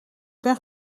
ben